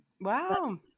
Wow